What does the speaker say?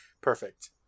Perfect